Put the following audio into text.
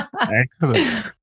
Excellent